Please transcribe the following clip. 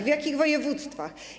W jakich województwach?